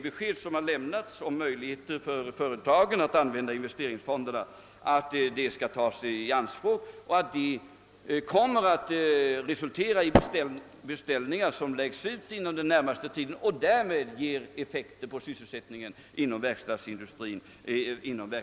Besked har lämnats om att företagen har möjlighet att använda investeringsfonderna, och vi hoppas att dessa skall tas i anspråk och att det kommer att resultera i beställningar som läggs ut inom den närmaste tiden och som ganska omedelbart ger effekt på sysselsättningen inom verkstadsindustrin.